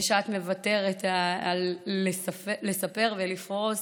ושאת מוותרת על לספר ולפרוס